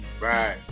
Right